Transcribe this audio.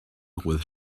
with